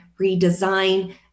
redesign